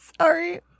Sorry